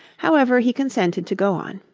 however, he consented to go on.